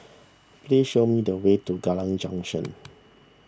please show me the way to Kallang Junction